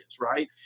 right